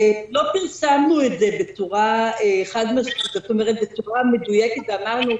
לא פרסמנו את זה בצורה מדויקת ואמרנו: